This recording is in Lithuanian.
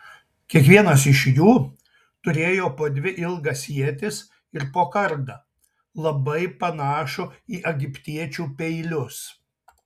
kiekvienas iš jų turėjo po dvi ilgas ietis ir po kardą labai panašų į egiptiečių peilius